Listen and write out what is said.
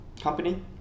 company